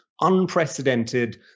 unprecedented